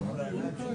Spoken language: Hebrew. אתם רוצים סיעתית?